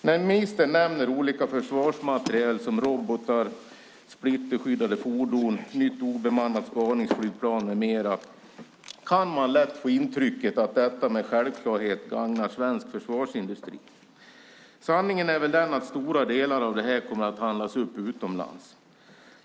När ministern nämner olika försvarsmateriel som robotar, splitterskyddade fordon, nytt obemannat spaningsskyddsplan med mera kan man lätt få intrycket att detta med självklarhet gagnar svensk försvarsindustri. Sanningen är väl den att stora delar av detta kommer att handlas upp utomlands.